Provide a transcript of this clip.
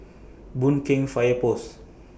Boon Keng Fire Post